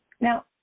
Now